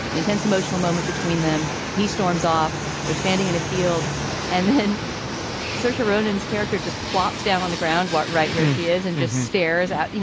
an intense emotional moment between them. he storms off. they're standing in a field and then searching. ronan's character just plops down on the ground what right where she is and just stares at, you